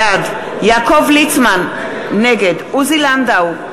בעד יעקב ליצמן, נגד עוזי לנדאו,